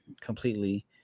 completely